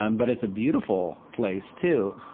um but it's a beautiful place, too.